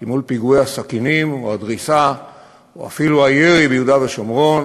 כי מול פיגועי הסכינים או הדריסה או אפילו הירי ביהודה ושומרון